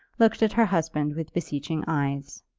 looked at her husband with beseeching eyes.